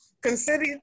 Consider